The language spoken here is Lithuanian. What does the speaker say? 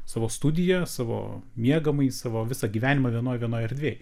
savo studiją savo miegamąjį savo visą gyvenimą vienoj vienoj erdvėj